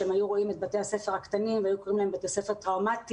שהיו רואים את בתי הספר הקטנים והיו קוראים להם בתי ספר טראומטיים,